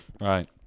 Right